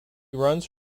runs